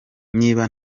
niba